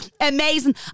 amazing